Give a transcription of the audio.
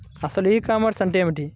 అసలు ఈ కామర్స్ అంటే ఏమిటి?